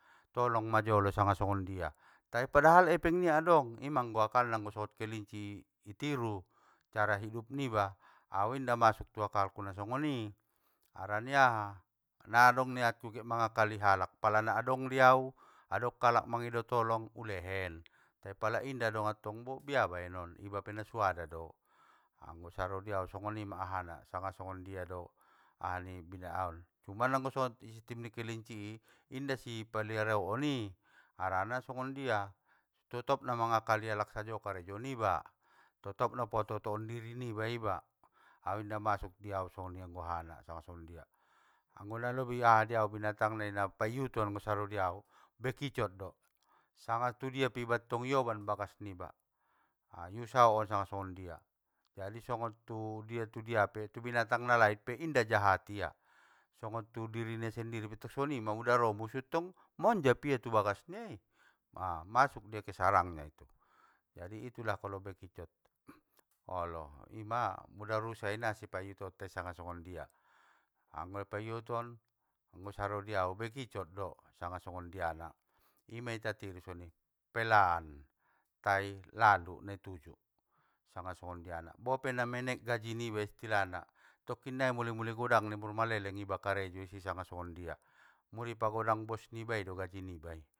Tolong ma jolo sanga songondia, tai padahal epeng nia adong ima anggo akalna anggo songon kelinci i tiru, cara hidup niba! Au inda masuk i akalku na songoni!, harani aha? Nadong niatku get mangakali kalak pala na adong diau, adong kalak mangido tolong, ulehen! Te pala inda adong tong bia baenon iba pe nasuada do, anggo saro diau songonima ahana sanga songondia do aha ni bina aon, cuma anggo songon sistim ni kelinci i, inda si paliaro on i! Harana songondia? Totop na mangakali alak sajo karejo niba! Totop na paoto oto on diri niba iba, au inda masuk diaui songon di ahana sanga songondia, anggo nalobi aha diau binatang nai paiuton anggo saro diau, bekicot do. Sanga tudia iba pe tong ioban bagas niba, iusaho on sanga songondia, jadi songon tudia- tudia pe, tu bianatang na lainpe inda jahat ia!, songon tu diri nia sendiri pe tong sonima mula ro musu tong! Monjab ia tu bagas niai, a masuk dia ke sarangnya itu. Jadi itulah anggo bekicot, olo ima muda rusai inda sipaiuton tai sanga songondia, anggo paiuton anggo saro diau bekicot do sanga songondiana, ima ita tiru songoni, pelan! Tai lalu naituju sanga songondiana bope namenek gaji niba istilahna, tokkinnai mulemule godang dei mur maleleng iba karejo isi sanga songondia, muli pagodang bos nibai do gaji niba i.